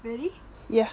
ready